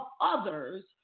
others